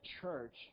church